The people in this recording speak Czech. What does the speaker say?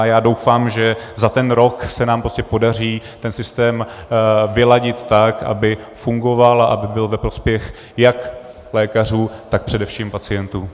Já doufám, že za rok se nám podaří systém vyladit tak, aby fungoval a byl ve prospěch jak lékařů, tak především pacientů.